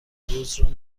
دزد